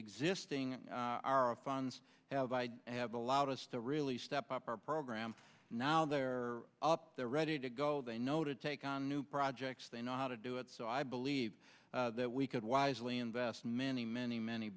existing r of funds have i have allowed us to really step up our programs now they're up there ready to go they know to take on new projects they know how to do it so i believe that we could wisely invest many many many